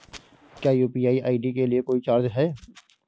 क्या UPI ID के लिए कोई चार्ज है?